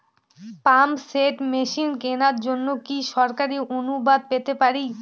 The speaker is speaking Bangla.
পাম্প সেট মেশিন কেনার জন্য কি সরকারি অনুদান পেতে পারি?